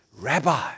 Rabbi